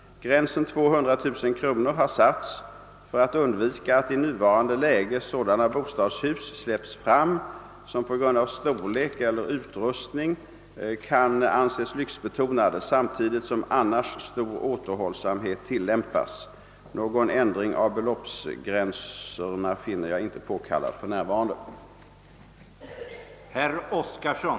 Gränsen 200 000 kronor har satts för att undvika att i nuvarande läge sådana bostadshus släpps fram som på grund av storlek eller utrustning kan anses lyxbetonade samtidigt som annars stor återhållsamhet tillämpas. Någon ändring av beloppsgränsen finner jag inte påkallad f. n.